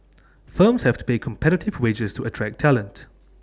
firms have to pay competitive wages to attract talent